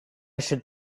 should